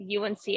UNC